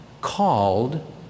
called